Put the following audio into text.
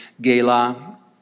gala